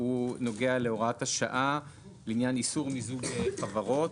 נוגע להוראת השעה בעניין איסור מיזוג חברות.